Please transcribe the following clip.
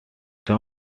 term